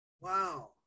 Wow